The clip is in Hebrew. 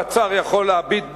הפצ"ר יכול להביט בו,